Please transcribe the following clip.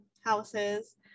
houses